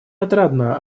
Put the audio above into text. отрадно